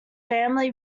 family